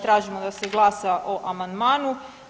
Tražimo da se glasa o amandmanu.